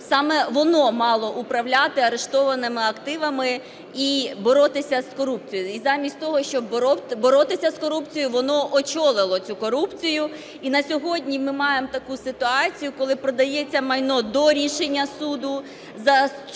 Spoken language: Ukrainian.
саме воно мало управляти арештованими активами і боротися з корупцією. І замість того, щоб боротися з корупцією, воно очолило цю корупцію. І на сьогодні ми маємо таку ситуацію, коли продається майно до рішення суду за